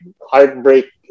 heartbreak